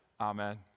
Amen